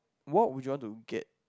what would you want to get